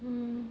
mm